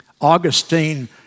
Augustine